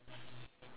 ya man